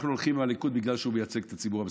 אנחנו הולכים עם הליכוד בגלל שהוא מייצג את הציבור המסורתי,